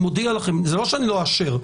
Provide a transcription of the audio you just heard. זה לא שלא אאשר,